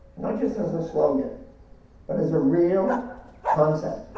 not just as a slogan but as a real concept,